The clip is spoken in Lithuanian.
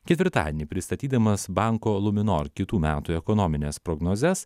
ketvirtadienį pristatydamas banko luminor kitų metų ekonomines prognozes